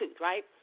right